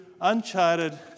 uncharted